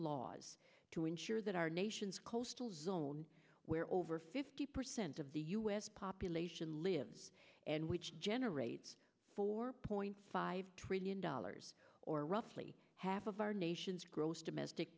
laws to ensure that our nation's coastal zone where over fifty percent of the u s population lives and which generates four point five trillion dollars or roughly half of our nation's gross domestic